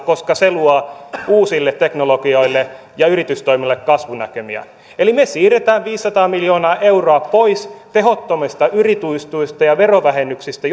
koska se luo uusille teknologioille ja yritystoiminnalle kasvunäkymiä eli me siirrämme viisisataa miljoonaa euroa pois tehottomista yritystuista ja verovähennyksistä